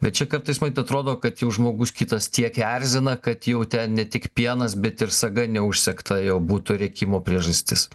bet čia kartais matyt atrodo kad jau žmogus kitas tiek erzina kad jau ten ne tik pienas bet ir saga neužsegta jau būtų rėkimo priežastis